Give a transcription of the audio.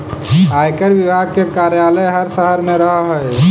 आयकर विभाग के कार्यालय हर शहर में रहऽ हई